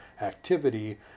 activity